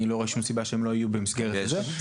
אני לא רואה שום סיבה שהם לא יהיו במסגרת זו.